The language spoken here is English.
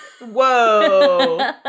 Whoa